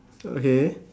okay